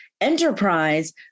enterprise